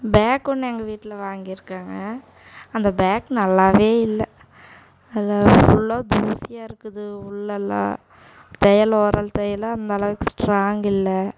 back ஒன்று எங்கள் வீட்டில் வாங்கியிருக்காங்க அந்த பேக் நல்லா இல்லை அதில் ஃபுல்லாக தூசியாக இருக்குது உள்ளயெல்லாம் தையல் ஓரல் தையலாக அந்தளவுக்கு ஸ்ட்ராங் இல்லை